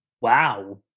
Wow